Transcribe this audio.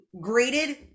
Graded